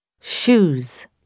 shoes